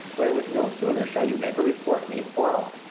wherewith no sooner shall you make report of any quarrel,